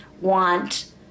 want